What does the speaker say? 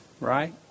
right